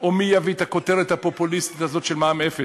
מי ישלוט בקק"ל או מי יביא את הכותרת הפופוליסטית הזאת של מע"מ אפס,